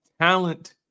Talent